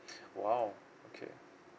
!wow! okay